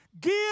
give